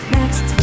Next